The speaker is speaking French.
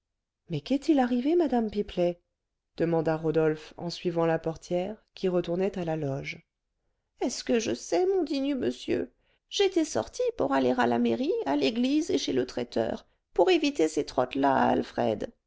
mais qu'est-il arrivé madame pipelet demanda rodolphe en suivant la portière qui retournait à la loge est-ce que je sais mon digne monsieur j'étais sortie pour aller à la mairie à l'église et chez le traiteur pour éviter ces trottes là à alfred